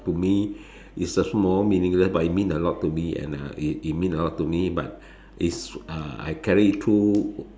to me is a small meaningless but it mean a lot to me and uh it it mean a lot to me but is uh I carry through